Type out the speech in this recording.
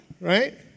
right